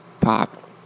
pop